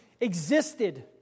existed